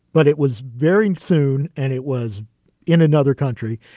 but it was very soon, and it was in another country.